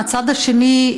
מהצד השני,